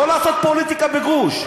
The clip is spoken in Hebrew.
לא לעשות פוליטיקה בגרוש.